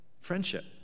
friendship